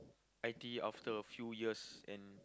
I_T_E after a few years and